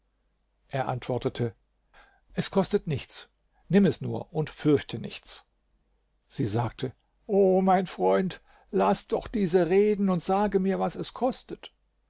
er antwortete es kostet nichts nimm es nur und fürchte nichts sie sagte o mein freund laß doch diese reden und sage mir was es kostet